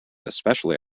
especially